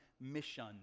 mission